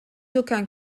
aucun